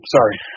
Sorry